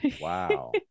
Wow